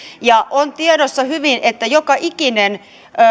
on tiedossa hyvin että joka ikinen